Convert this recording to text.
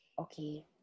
Okay